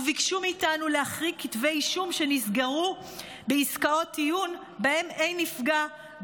וביקשו מאיתנו להחריג כתבי אישום שנסגרו בעסקאות טיעון שבהן "אין נפגע",